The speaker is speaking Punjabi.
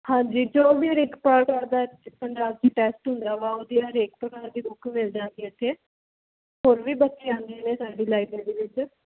ਹਾਂਜੀ ਜੋ ਵੀ ਹਰ ਇੱਕ ਪਾਠ ਆਪਦਾ ਪੰਜਾਬੀ ਟੈਸਟ ਹੁੰਦੇ ਆ ਵਾ ਉਹਦੀਆਂ ਹਰੇਕ ਪ੍ਰਕਾਰ ਦੀ ਬੁੱਕ ਮਿਲ ਜਾਂਦੀ ਆ ਇੱਥੇ ਹੋਰ ਵੀ ਬੱਚੇ ਆਉਂਦੇ ਨੇ ਸਾਡੀ ਲਾਈਬਰੇਰੀ ਵਿੱਚ